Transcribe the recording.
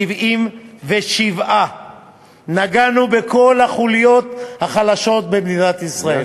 177. נגענו בכל החוליות החלשות במדינת ישראל.